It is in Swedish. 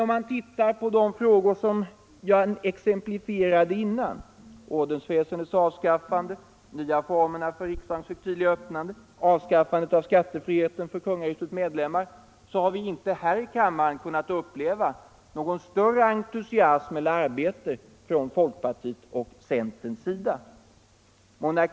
Om man ser på de frågor som jag exemplifierade tidigare — ordensväsendets avskaffande, de nya formerna för riksdagens högtidliga öppnande, avskaffandet av skattefriheten för kungahusets medlemmar — finner man dock att vi här i kammaren inte har kunnat uppleva någon större entusiasm eller något större arbete från folkpartiets och centerpartiets sida.